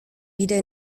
wieder